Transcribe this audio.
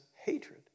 hatred